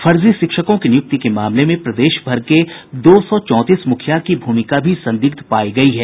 फर्जी शिक्षकों की नियुक्ति के मामले में प्रदेशभर के दो सौ चौंतीस मुखिया की भूमिका भी संदिग्ध पायी गयी है